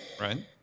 right